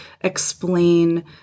explain